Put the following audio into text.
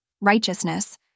righteousness